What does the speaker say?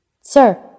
Sir